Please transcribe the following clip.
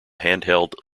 handheld